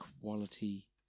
quality